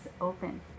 open